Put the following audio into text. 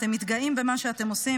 אתם מתגאים במה שאתם עושים,